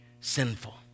sinful